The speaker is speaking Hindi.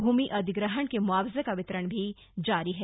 भूमि अधिग्रहण के मुआवजे का वितरण कार्य जारी है